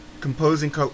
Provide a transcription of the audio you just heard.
composing